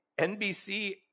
NBC